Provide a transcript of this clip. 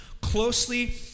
closely